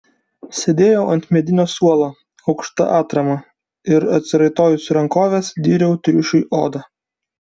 sėdėjau ant medinio suolo aukšta atrama ir atsiraitojusi rankoves dyriau triušiui odą